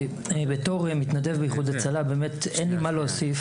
בתור מתנדב באיחוד הצלה אין לי מי להוסיף.